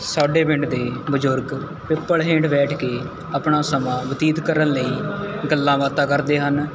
ਸਾਡੇ ਪਿੰਡ ਦੇ ਬਜ਼ੁਰਗ ਪਿੱਪਲ ਹੇਠ ਬੈਠ ਕੇ ਆਪਣਾ ਸਮਾਂ ਬਤੀਤ ਕਰਨ ਲਈ ਗੱਲਾਂ ਬਾਤਾਂ ਕਰਦੇ ਹਨ